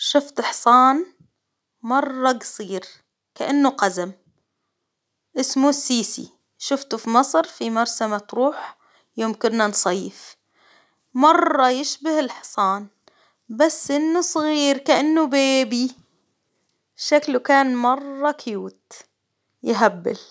شفت حصان مرة قصير، كإنه قزم، إسمه السيسي شفته في مصر في مرسى مطروح يوم كنا نصيف، مرة يشبه الحصان، بس إنه صغير كإنه بيبي، شكله كان مرة كيوت يهبل.